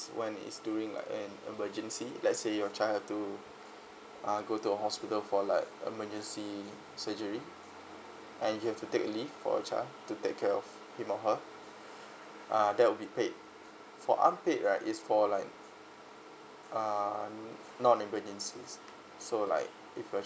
when it's during like an emergency let's say your child have to uh go to hospital for like emergency surgery and you have to take leave for your child to take care of him or her uh that will be paid for unpaid right it's for like uh non emergencies so like if your child